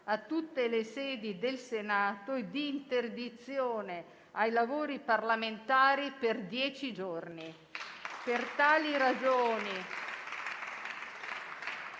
a tutte le sedi del Senato e di interdizione ai lavori parlamentari per dieci giorni.